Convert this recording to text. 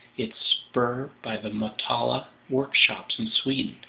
its spur by the motala workshops in sweden,